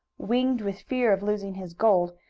winged with fear of losing his gold,